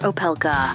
Opelka